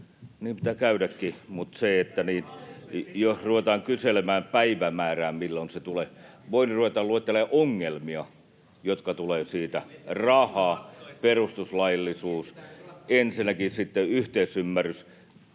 niin pitää käydäkin, mutta se, [Sari Sarkomaan välihuuto] jos ruvetaan kyselemään päivämäärää, milloin se tulee... Voin ruveta luettelemaan ongelmia, jotka tulevat siitä: raha, perustuslaillisuus, [Timo Heinonen: Etsitään